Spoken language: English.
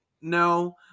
No